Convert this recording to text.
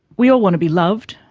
we all want to be loved,